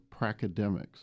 pracademics